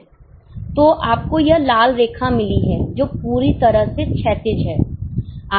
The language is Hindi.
तो आपको यह लाल रेखा मिली है जो पूरी तरह से क्षैतिज है